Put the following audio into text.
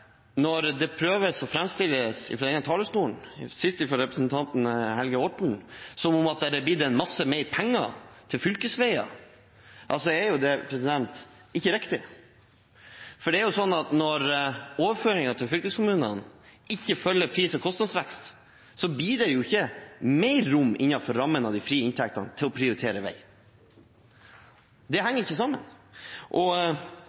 Når en prøver å framstille det fra denne talerstolen, sist fra representanten Helge Orten, som om det er blitt mye mer penger til fylkesveier, så er ikke det riktig. For når overføringene til fylkeskommunene ikke følger pris- og kostnadsvekst, blir det ikke mer rom innenfor rammene av de frie inntektene til å prioritere vei. Det